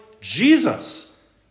Jesus